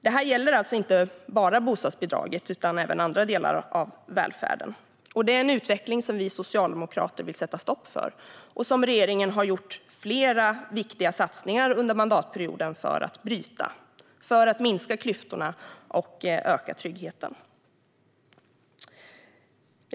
Det här gäller alltså inte bara bostadsbidraget utan även andra delar av välfärden. Det är en utveckling som vi socialdemokrater vill sätta stopp för och som regeringen har gjort flera viktiga satsningar på under mandatperioden för att bryta så att klyftorna minskar och tryggheten ökar.